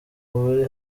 buri